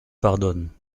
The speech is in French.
pardonne